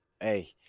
hey